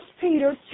Peter